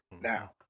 Now